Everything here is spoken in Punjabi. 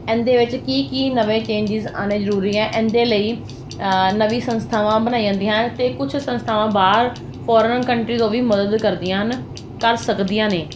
ਇਹਦੇ ਵਿੱਚ ਕੀ ਕੀ ਨਵੇਂ ਚੇਂਜਿਸ ਆਉਣੇ ਜ਼ਰੂਰੀ ਹੈ ਇਹਦੇ ਲਈ ਨਵੀਂ ਸੰਸਥਾਵਾਂ ਬਣਾਈ ਜਾਂਦੀਆਂ ਹਨ ਅਤੇ ਕੁਛ ਸੰਸਥਾਵਾਂ ਬਾਹਰ ਫੋਰਨਰ ਕੰਟਰੀਜ਼ ਉਹ ਵੀ ਮਦਦ ਕਰਦੀਆਂ ਹਨ ਕਰ ਸਕਦੀਆਂ ਨੇ